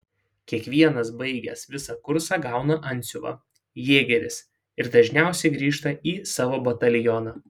kiekvienas baigęs visą kursą gauna antsiuvą jėgeris ir dažniausiai grįžta į savo batalioną